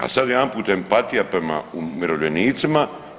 A sada jedanput empatija prema umirovljenicima.